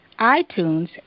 iTunes